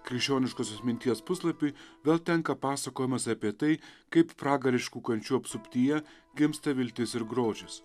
krikščioniškosios minties puslapiui vėl tenka pasakojimas apie tai kaip pragariškų kančių apsuptyje gimsta viltis ir grožis